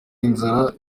inzara